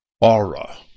aura